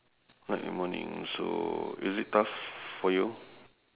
night and morning so is it tough for you